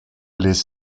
les